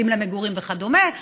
בתים למגורים וכדומה,